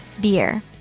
Beer